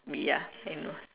ya I know